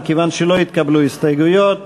מכיוון שלא התקבלו הסתייגויות.